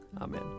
Amen